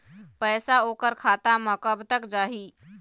पैसा ओकर खाता म कब तक जाही?